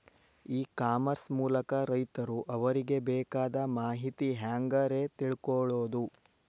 E commerce ಮೂಲಕ ರೈತರು ಅವರಿಗೆ ಬೇಕಾದ ಮಾಹಿತಿ ಹ್ಯಾಂಗ ರೇ ತಿಳ್ಕೊಳೋದು?